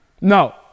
No